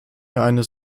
eines